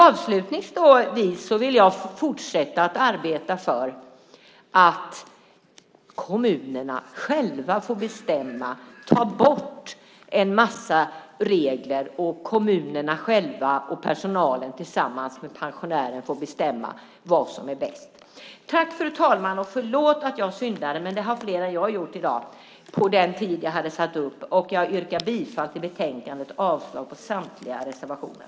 Avslutningsvis ska jag säga att jag vill fortsätta att arbeta för att kommunerna själva får bestämma. Ta bort en massa regler och låt kommunerna själva och personalen tillsammans med pensionären få bestämma vad som är bäst. Förlåt, fru talman, att jag syndade mot den talartid jag hade anmält, men det har fler än jag gjort i dag. Jag yrkar bifall till förslagen i betänkandet och avslag på samtliga reservationer.